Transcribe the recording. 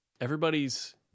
Everybody's